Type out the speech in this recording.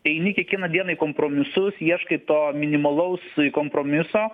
eini kiekvieną dieną į kompromisus ieškai to minimalaus kompromiso